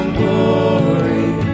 glory